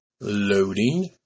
Loading